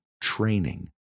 training